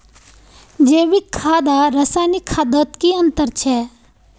जैविक खाद आर रासायनिक खादोत की अंतर छे?